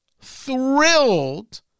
thrilled